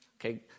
Okay